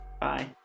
Bye